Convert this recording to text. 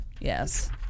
Yes